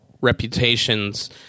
reputations